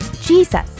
Jesus